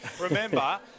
remember